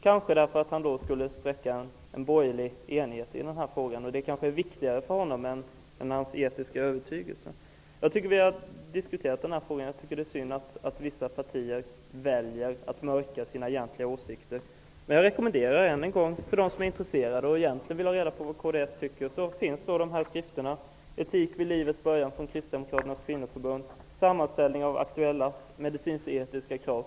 Kanske beror det på att han då skulle spräcka en borgerlig enhet i den här frågan, och den enheten kanske är viktigare för honom än hans etiska övertygelse. Vi har redan diskuterat den här frågan, och jag tycker det är synd att vissa partier väljer att mörklägga sina egentliga åsikter. För dem som är intresserade och vill ha reda på vad kds egentligen tycker rekommenderar jag än en gång skrifterna Etik vid livets början, som kommer från Kristdemokraternas kvinnoförbund, och Sammanställning av aktuella medicinsk-etiska krav.